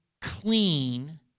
clean